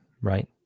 Right